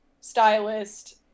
stylist